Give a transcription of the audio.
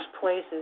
places